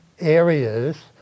areas